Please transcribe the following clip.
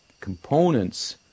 components